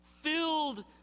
filled